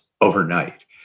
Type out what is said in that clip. overnight